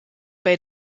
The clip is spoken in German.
bei